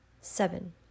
Seven